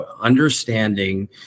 understanding